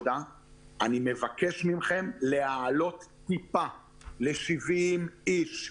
אני מבקש מכם להעלות ל-70 איש,